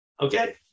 Okay